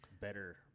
better